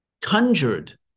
conjured